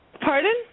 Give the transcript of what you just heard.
Pardon